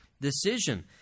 decision